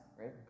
right